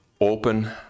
open